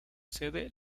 sede